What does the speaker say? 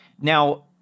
Now